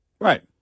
Right